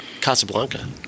Casablanca